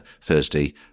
Thursday